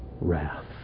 wrath